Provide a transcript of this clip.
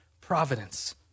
Providence